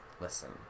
Listen